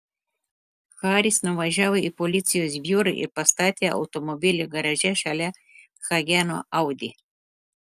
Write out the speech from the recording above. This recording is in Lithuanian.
haris nuvažiavo į policijos biurą ir pastatė automobilį garaže šalia hageno audi